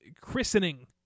christening